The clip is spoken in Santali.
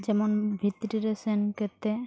ᱡᱮᱢᱚᱱ ᱵᱷᱤᱛᱛᱨᱤ ᱨᱮ ᱥᱮᱱ ᱠᱟᱛᱮ